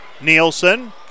Nielsen